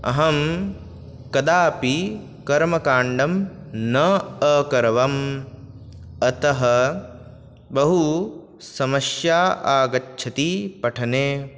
अहं कदापि कर्मकाण्डं न अकरवम् अतः बहुसमस्या आगच्छति पठने